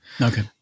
Okay